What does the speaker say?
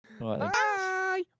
Bye